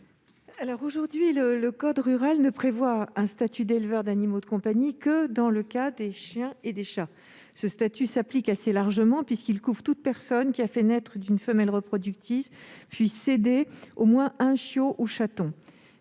code rural et de la pêche maritime ne prévoit un statut d'éleveur d'animaux de compagnie que pour les éleveurs de chiens et chats. Ce statut s'applique assez largement, puisqu'il recouvre toute personne qui a fait naître d'une femelle reproductrice, puis cédé, au moins un chiot ou chaton.